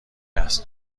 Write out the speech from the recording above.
است